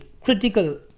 critical